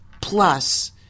plus